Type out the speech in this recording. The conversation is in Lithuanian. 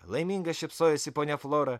laiminga šypsojosi ponia flora